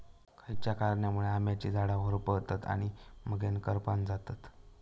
खयच्या कारणांमुळे आम्याची झाडा होरपळतत आणि मगेन करपान जातत?